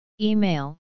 Email